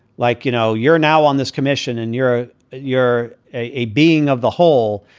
like, you know, you're now on this commission and you're you're a being of the whole.